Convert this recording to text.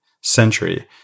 century